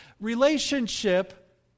Relationship